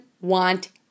want